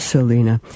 Selena